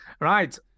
Right